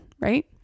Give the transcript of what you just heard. right